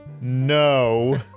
no